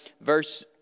verse